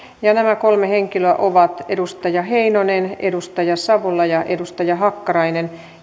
nämä kolme henkilöä ovat edustaja heinonen edustaja savola ja edustaja hakkarainen